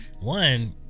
One